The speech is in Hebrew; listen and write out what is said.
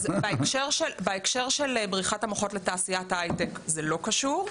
בהקשר של בריחת המוחות לתעשיית ההייטק זה לא קשור.